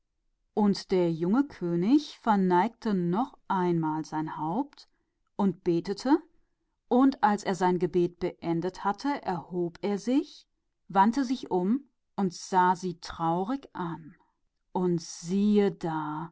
und der junge könig neigte wieder das haupt und betete und als er sein gebet geendet hatte stand er auf und wandte sich um und sah voll trauer auf sie herab und siehe durch